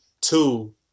two